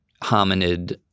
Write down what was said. hominid